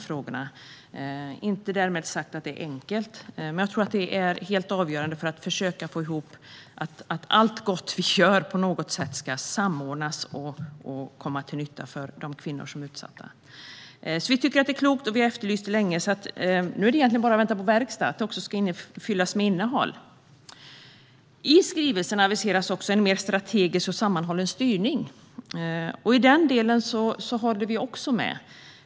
Därmed inte sagt att det är enkelt, men jag tror att det är helt avgörande för att försöka få ihop allt gott vi gör så att det på något sätt samordnas och kommer till nytta för de kvinnor som är utsatta. Vi tycker att detta är klokt, och vi har efterlyst det länge. Nu är det egentligen bara att vänta på verkstad och att det också ska fyllas med innehåll. I skrivelsen aviseras också en mer strategisk och sammanhållen styrning. Även i den delen håller vi med.